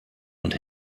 und